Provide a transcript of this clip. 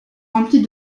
remplie